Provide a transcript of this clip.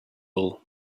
all